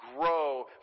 grow